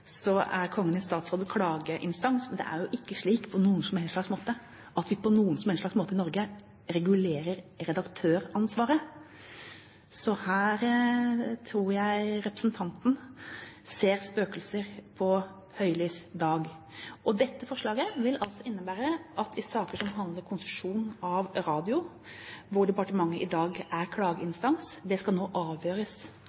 Så her tror jeg representanten ser spøkelser ved høylys dag. Dette forslaget vil altså innebære at saker som handler om konsesjon for radio, hvor departementet i dag er